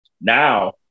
Now